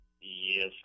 Yes